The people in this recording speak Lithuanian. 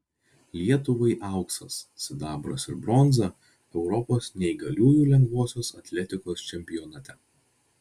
lietuvai auksas sidabras ir bronza europos neįgaliųjų lengvosios atletikos čempionate